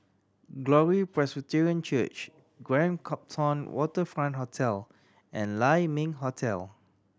Glory Presbyterian Church Grand Copthorne Waterfront Hotel and Lai Ming Hotel